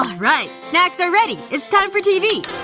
um right, snacks are ready. it's time for tv